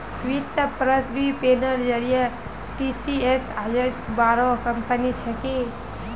वित्तीय प्रतिरूपनेर जरिए टीसीएस आईज बोरो कंपनी छिके